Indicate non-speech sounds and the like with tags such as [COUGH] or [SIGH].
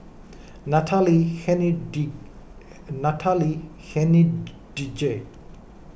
Natalie [UNINTELLIGIBLE] Natalie Hennedige